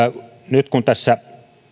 nyt kun tässä